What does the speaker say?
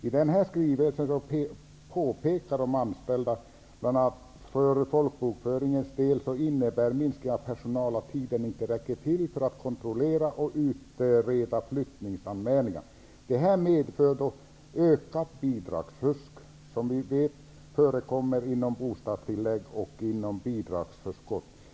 I denna skrivelse påpekar de anställda att för t.ex. folkbokföringens del innebär minskningen av personal att tiden inte räcker till för kontroller och utredningar av flyttningsanmälningar. Detta medför ökat bidragsfusk. Vi vet att bidragsfusk förekommer när det gäller bostadstillägg och bidragsförskott.